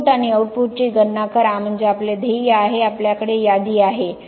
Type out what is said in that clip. input आणि आउटपुटची गणना करा म्हणजे आपले ध्येय आहे आपल्याकडे यादी आहे